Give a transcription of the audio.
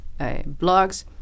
blogs